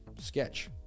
Sketch